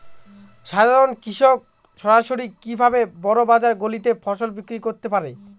সাধারন কৃষক সরাসরি কি ভাবে বড় বাজার গুলিতে ফসল বিক্রয় করতে পারে?